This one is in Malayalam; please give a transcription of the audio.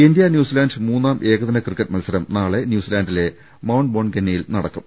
ഇന്ത്യാ ന്യൂസിലാൻഡ് മൂന്നാം ഏകദിന ക്രിക്കറ്റ് മത്സരം നാളെ ന്യൂസിലാൻഡിലെ മൌണ്ട് മോൻഗന്യയിൽ നടക്കും